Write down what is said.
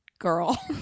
girl